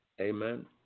amen